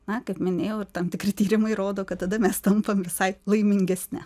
na kaip minėjau ir tam tikri tyrimai rodo kad tada mes tampam visai laimingesni